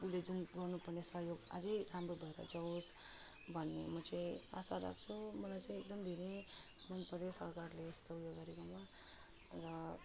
उसले जुन गर्नु पर्ने सहयोग आझै राम्रो भएर जावोस् भन्ने म चाहिँ आशा राख्छु मलाई चाहिँ एकदम धेरै मन पऱ्यो सरकारले यस्तो ऊ यो गरेकोमा र